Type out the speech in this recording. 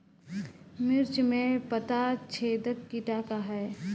मिर्च में पता छेदक किट का है?